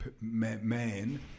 man